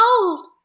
Old